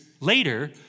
later